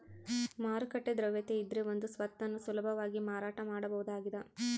ಮಾರುಕಟ್ಟೆ ದ್ರವ್ಯತೆಯಿದ್ರೆ ಒಂದು ಸ್ವತ್ತನ್ನು ಸುಲಭವಾಗಿ ಮಾರಾಟ ಮಾಡಬಹುದಾಗಿದ